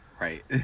right